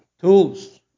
tools